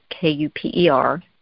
K-U-P-E-R